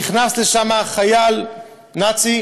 נכנס לשם חייל נאצי